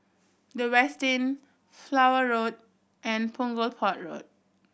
The Westin Flower Road and Punggol Port Road